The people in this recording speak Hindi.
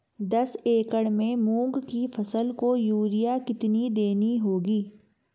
दस एकड़ में मूंग की फसल को यूरिया कितनी देनी होगी?